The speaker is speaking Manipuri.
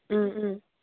ꯎꯝ ꯎꯝ